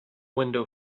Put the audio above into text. window